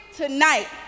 tonight